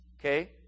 okay